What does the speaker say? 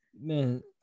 man